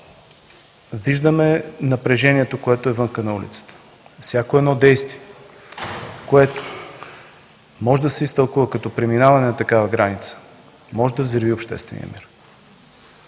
Виждаме напрежението, което е на улицата. Всяко едно действие, което може да се изтълкува като преминаване на такава граница, може да взриви обществения мир.